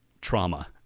trauma